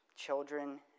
children